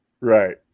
Right